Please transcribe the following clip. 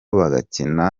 bagakina